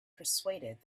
persuaded